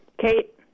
Kate